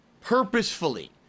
purposefully